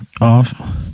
off